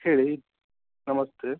ಹೇಳಿ ನಮಸ್ತೆ